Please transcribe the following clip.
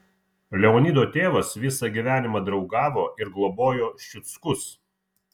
leonido tėvas visą gyvenimą draugavo ir globojo ščiuckus